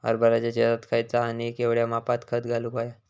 हरभराच्या शेतात खयचा आणि केवढया मापात खत घालुक व्हया?